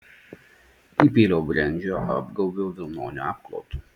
įpyliau brendžio apgaubiau vilnoniu apklotu